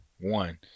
One